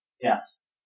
Yes